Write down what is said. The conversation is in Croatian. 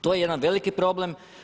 To je jedan veliki problem.